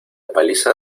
paliza